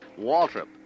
Waltrip